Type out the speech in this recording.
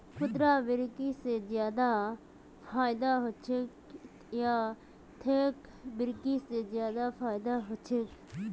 खुदरा बिक्री से ज्यादा फायदा होचे या थोक बिक्री से ज्यादा फायदा छे?